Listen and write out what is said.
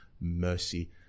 mercy